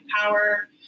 power